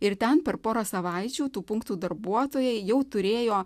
ir ten per porą savaičių tų punktų darbuotojai jau turėjo